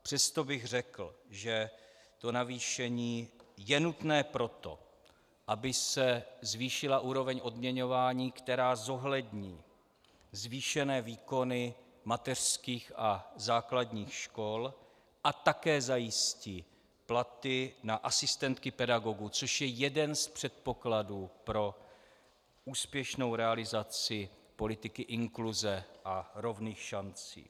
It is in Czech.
Přesto bych řekl, že navýšení je nutné proto, aby se zvýšila úroveň odměňování, která zohlední zvýšené výkony mateřských a základních škol a také zajistí platy na asistentky pedagogů, což je jeden z předpokladů pro úspěšnou realizaci politiky inkluze a rovných šancí.